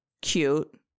cute